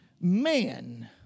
man